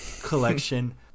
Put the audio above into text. collection